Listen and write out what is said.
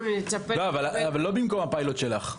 אבל לא במקום הפיילוט שלך.